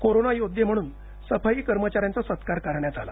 corona योद्वे म्हणून सफाई कर्मचा यांचा सत्कार करण्यात आला